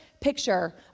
picture